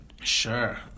Sure